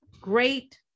great